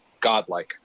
godlike